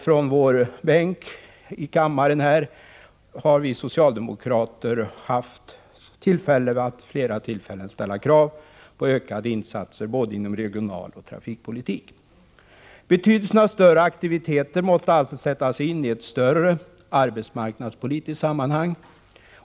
Från den socialdemokratiska Sörmlandsbänken är det därför naturligt att ställa krav på ökade insatser både inom regionaloch trafikpolitiken. Betydelsen av större aktiviteter måste sättas in i ett större arbetsmarknadspolitiskt sammanhang.